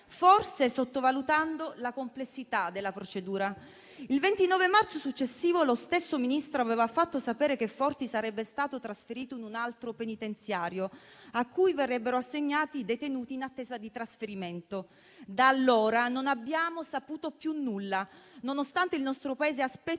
forse sottovalutando la complessità della procedura. Il 29 marzo successivo, lo stesso Ministro faceva sapere che Forti sarebbe stato trasferito in un altro penitenziario, al quale verrebbero assegnati detenuti in attesa di trasferimento. Da allora non abbiamo saputo più nulla, nonostante il nostro Paese aspetti